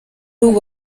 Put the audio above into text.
ubu